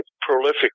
prolific